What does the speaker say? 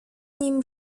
nim